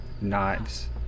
knives